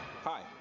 Hi